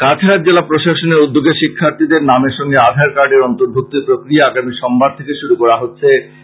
কাছাড় জেলা প্রশাসনের উদ্যোগে শিক্ষার্থীদের নামের সঙ্গে আধার কার্ডের অর্ন্তভুক্তির প্রক্রিয়া আগামী সোমবার থেকে শুরু করা হচ্ছে